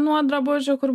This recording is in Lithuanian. nuo drabužių kur